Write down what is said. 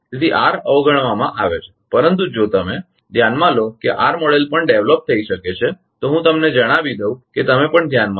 તેથી આર અવગણવામાં આવે છે પરંતુ જો તમે ધ્યાનમાં લો કે r મોડેલ પણ વિકસિત થઈ શકે છે તો હું તમને જણાવી દઉં કે તમે પણ ધ્યાનમાં લો